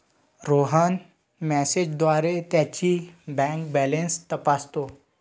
रोहन मेसेजद्वारे त्याची bank balance तपासतो